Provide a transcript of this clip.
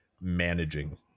managing